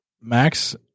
Max